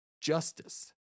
Justice